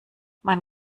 man